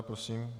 Prosím.